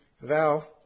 Thou